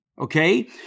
Okay